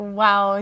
wow